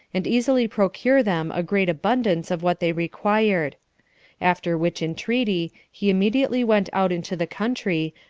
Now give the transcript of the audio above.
and easily procure them a great abundance of what they required after which entreaty, he immediately went out into the country,